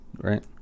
right